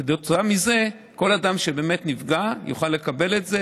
כתוצאה מזה כל אדם שבאמת נפגע יוכל לקבל את זה,